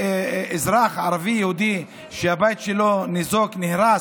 אזרח ערבי או יהודי שהבית שלו ניזוק, נהרס,